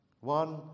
One